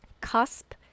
Cusp